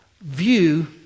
view